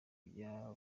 kujya